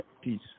Peace